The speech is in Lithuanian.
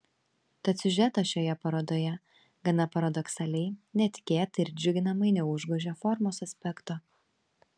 tad siužetas šioje parodoje gana paradoksaliai netikėtai ir džiuginamai neužgožia formos aspekto